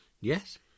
Yes